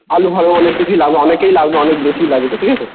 আলু ফালু অনেক কিছুই লাগবে অনেকই লাগবে অনেক বেশি লাগবে ঠিক আছে